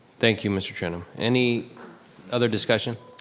thank you, mr. trunam. any other discussion?